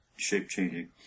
shape-changing